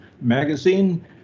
Magazine